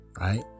Right